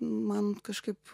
man kažkaip